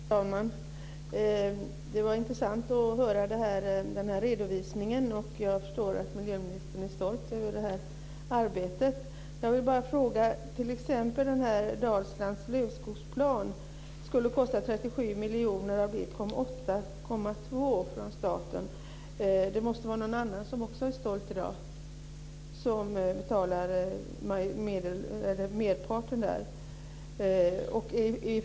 Fru talman! Det var intressant att höra den här redovisningen. Jag förstår att miljöministern är stolt över arbetet. Dalslands lövskogsplan skulle kosta 37 miljoner av 1,2 miljarder från staten. Det måste vara någon annan som också är stolt i dag som betalar merparten här.